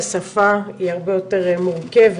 השפה היא הרבה יותר מורכבת,